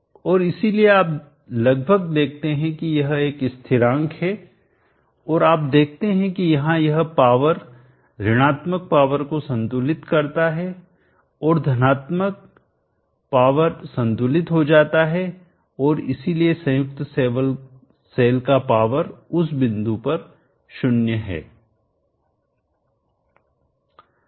और इसीलिए आप लगभग देखते हैं कि यह एक स्थिरांक है और आप देखते हैं कि यहाँ यह पावर ऋणात्मक पावर को संतुलित करता है और धनात्मक पावरसंतुलित हो जाता है और इसलिए संयुक्त सेल का पावर उस बिंदु पर 0 है